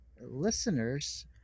listeners